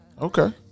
Okay